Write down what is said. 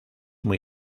muy